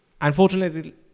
Unfortunately